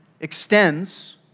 extends